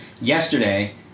Yesterday